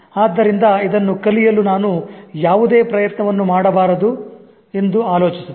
ಆದ್ದರಿಂದ ಇದನ್ನು ಕಲಿಯಲು ನಾನು ಯಾವುದೇ ಪ್ರಯತ್ನವನ್ನು ಮಾಡಬಾರದು ಎಂದು ಆಲೋಚಿಸುತ್ತಾರೆ